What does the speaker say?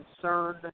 concerned